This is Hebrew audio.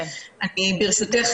ברשותך,